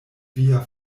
via